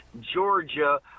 Georgia